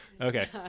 Okay